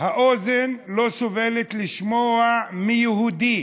האוזן לא סובלת לשמוע מיהודי.